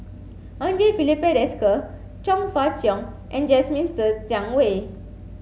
Andre Filipe Desker Chong Fah Cheong and Jasmine Ser Xiang Wei